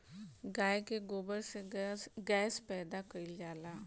गाय के गोबर से गैस पैदा कइल जाला